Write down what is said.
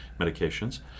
medications